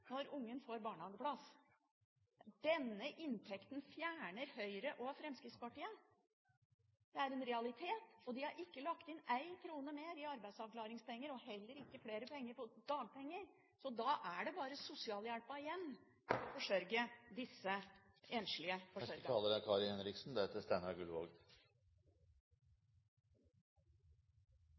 når ungen får barnehageplass. Denne inntekten fjerner Høyre og Fremskrittspartiet. Det er en realitet. De har ikke lagt inn ei krone mer i arbeidsavklaringspenger og heller ikke mer til dagpenger. Da er det bare sosialhjelpen igjen for å forsørge disse enslige